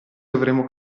dovremmo